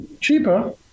cheaper